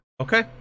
Okay